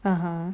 (uh huh)